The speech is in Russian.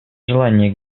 желание